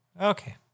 Okay